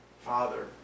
Father